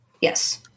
Yes